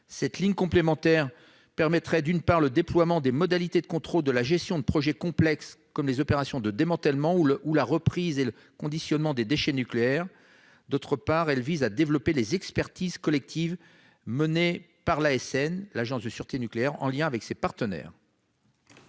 Cette ligne complémentaire doit permettre, d'une part, le déploiement des modalités de contrôle de la gestion de projets complexes comme les opérations de démantèlement ou la reprise et le conditionnement des déchets nucléaires ; d'autre part, le développement des expertises collectives menées par l'ASN en lien avec ses partenaires.